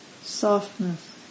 softness